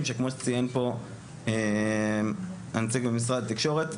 שכמו שציין פה הנציג ממשרד התקשורת,